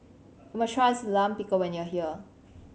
must tries Lime Pickle when you are here